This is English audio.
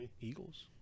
Eagles